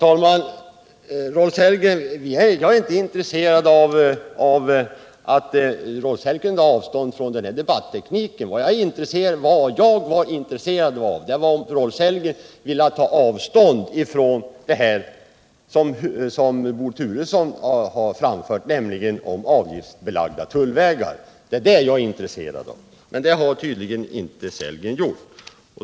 Herr talman! Jag är inte intresserad av att Rolf Sellgren tar avstånd från vår debatteknik. Vad jag var intresserad av var om Rolf Sellgren ville ta avstånd från det som Bo Turesson sagt om avgiftsbelagda tullvägar. Men det vill Rolf Sellgren tydligen inte göra.